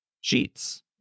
Sheets